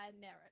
merit